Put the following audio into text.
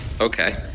Okay